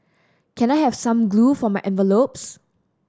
can I have some glue for my envelopes